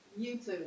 YouTube